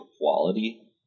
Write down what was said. quality